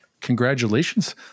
Congratulations